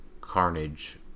Carnage